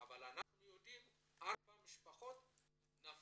אבל אנחנו יודעים שארבע משפחות נפלו